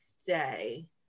stay